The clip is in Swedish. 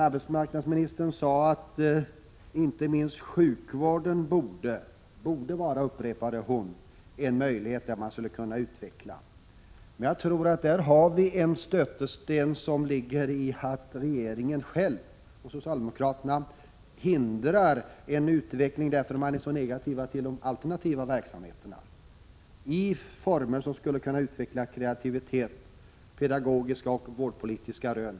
Arbetsmarknadsministern sade att inte minst sjukvården borde vara en möjlighet som man skulle kunna utveckla. Jag tror att vi där har en stötesten som ligger i att regeringen och socialdemokraterna själva hindrar utvecklingen. Man är så negativ till alternativa verksamheter i former som skulle kunna utveckla kreativitet och ge pedagogiska och vårdpolitiska rön.